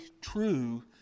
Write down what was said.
true